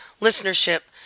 listenership